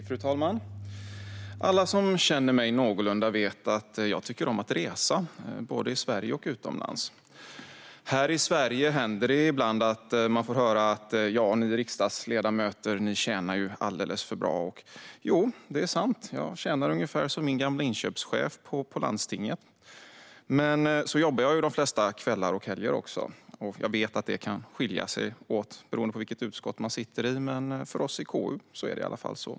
Fru talman! Alla som känner mig någorlunda vet att jag tycker om att resa, både i Sverige och utomlands. Här i Sverige händer det ibland att jag får höra: Ni riksdagsledamöter tjänar alldeles för bra. Jo, det är sant, jag tjänar ungefär som min gamla inköpschef på landstinget. Men så jobbar jag de flesta kvällar och helger också. Jag vet att det skiljer sig åt beroende på vilket utskott man sitter i, men för oss i KU är det i alla fall så.